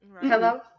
Hello